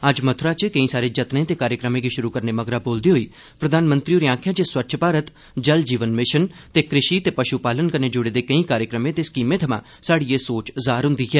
अज्ज मथुरा च केंई सारे जत्ने ते कार्यक्रमें गी शुरू करने मगरा बोलदे होई प्रघानमंत्री होरें आक्खेआ जे स्वच्छ मारत जल जीवन मिशन ते कृषि ते पशु पालन कन्नै जुड़े दे केई कार्यक्रमे ते स्कीमें थमां स्हाड़ी एह् सोच जाहिर हुन्दी ऐ